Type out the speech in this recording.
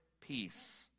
peace